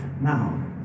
now